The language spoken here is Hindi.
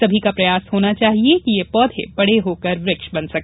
सभी का प्रयास होना चाहिए कि ये पौधे बड़े होकर वृक्ष बन सके